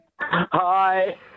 Hi